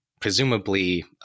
presumably